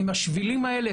עם השבילים האלה,